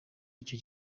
icyo